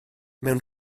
mewn